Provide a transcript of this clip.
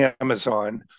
Amazon